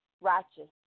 righteous